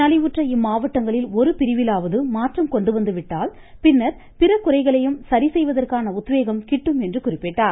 நலிவுற்ற இம்மாவட்டங்களில் ஒரு பிரிவிலாவது மாற்றம் கொண்டு வந்து விட்டால் பின்னர் பிற குறைகளையும் சரிசெய்வதற்கான உத்வேகம் கிட்டும் என்று கூறினார்